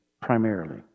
primarily